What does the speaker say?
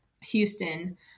Houston